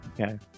Okay